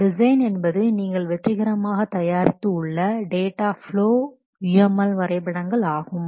design என்பது நீங்கள் வெற்றிகரமாக தயாரித்து உள்ள டேட்டா ப்லோ UML வரைபடங்கள் ஆகும்